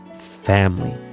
family